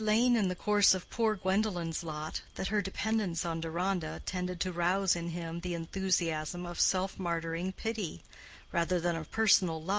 it had lain in the course of poor gwendolen's lot that her dependence on deronda tended to rouse in him the enthusiasm of self-martyring pity rather than of personal love,